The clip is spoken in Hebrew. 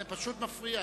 זה פשוט מפריע.